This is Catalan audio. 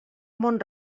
mont